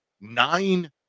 nine